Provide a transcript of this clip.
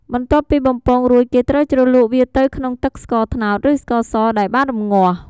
បន្ទាប់ពីបំពងរួច គេត្រូវជ្រលក់វាទៅក្នុងទឹកស្ករត្នោត ឬស្ករសដែលបានរង្ងាស់។